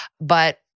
But-